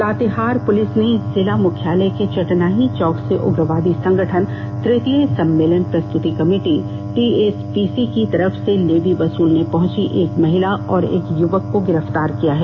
Latehar police ने जिला मुख्यालय के चटनाही चौक से उग्रवादी संगठन तृतीय सम्मेलन प्रस्तुति कमेटी टीएसपीसी की तरफ से लेवी वसूलने पहुंची एक महिला और एक युवक को गिरफ्तार किया है